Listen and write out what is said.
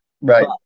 Right